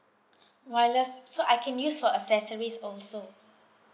!wah! that's so I can use for accessories also